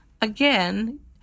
Again